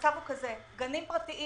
גנים פרטיים